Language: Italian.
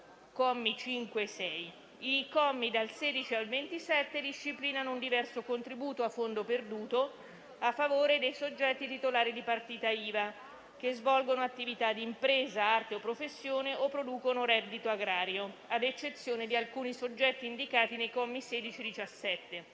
(commi 5 e 6). I commi dal 16 al 27 disciplinano un diverso contributo a fondo perduto a favore dei soggetti titolari di partita IVA che svolgono attività d'impresa, arte o professione o producono reddito agrario, ad eccezione di alcuni soggetti indicati nei commi 16 e 17.